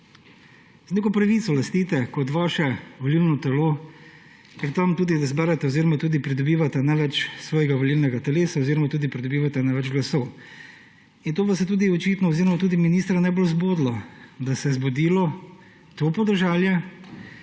z neko pravico lastite kot vaše volilno telo, ker tam tudi zberete oziroma tudi pridobivate največ svojega volilnega telesa oziroma tudi pridobivate največ glasov. To vas je tudi očitno oziroma tudi ministra najbolj zbodlo, da se je zbudilo to podeželje,